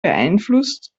beeinflusst